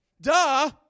Duh